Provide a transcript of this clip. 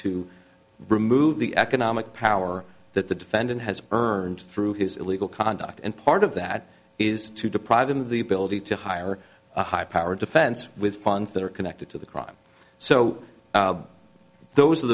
to remove the economic power that the defendant has earned through his illegal conduct and part of that is to deprive him of the ability to hire a high powered defense with funds that are connected to the crime so those are